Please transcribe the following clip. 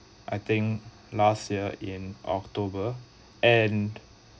I think last year in october and